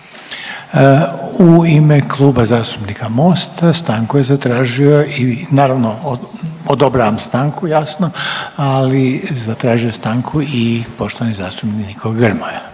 U ime Kluba zastupnika Mosta stanku je zatražio i naravno odobravam stanku jasno, ali zatražio je stanku i poštovani zastupnik Nikola